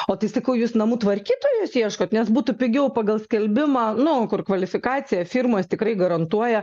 o tai sakau jūs namų tvarkytojos ieškot nes būtų pigiau pagal skelbimą nu kur kvalifikaciją firmos tikrai garantuoja